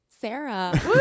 Sarah